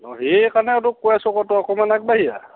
অ সেইকাৰণে তোক কৈ আছোঁ আকৌ তই অকণমান আগবাঢ়ি আহ